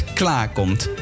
klaarkomt